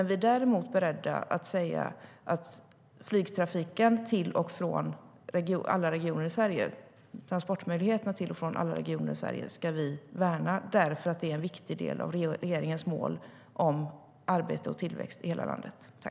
Vi är däremot beredda att säga att flygtrafiken till och från alla regioner i Sverige, transportmöjligheterna till och från alla regioner i Sverige, är något vi ska värna eftersom det är en viktig del av regeringens mål om arbete och tillväxt i hela landet.